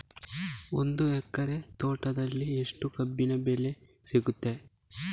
ಒಂದು ಎಕರೆ ತೋಟದಲ್ಲಿ ಎಷ್ಟು ಕಬ್ಬಿನ ಬೆಳೆ ಸಿಗುತ್ತದೆ?